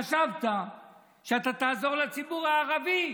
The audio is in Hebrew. חשבת שאתה תעזור לציבור הערבי,